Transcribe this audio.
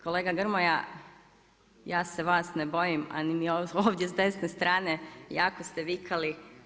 Kolega Grmoja, ja se vas ne bojim ali ovdje s desne strane jako ste vikali.